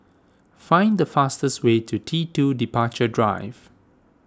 find the fastest way to T two Departure Drive